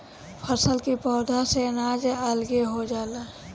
फसल के पौधा से अनाज अलगे हो जाला